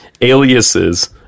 aliases